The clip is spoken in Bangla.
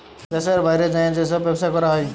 দ্যাশের বাইরে যাঁয়ে যে ছব ব্যবছা ক্যরা হ্যয়